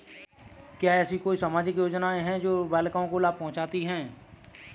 क्या ऐसी कोई सामाजिक योजनाएँ हैं जो बालिकाओं को लाभ पहुँचाती हैं?